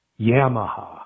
Yamaha